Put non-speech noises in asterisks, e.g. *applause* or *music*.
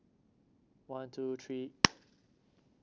one two three *noise*